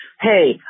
Hey